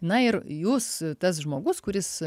na ir jūs tas žmogus kuris